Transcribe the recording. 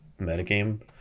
metagame